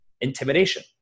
Intimidation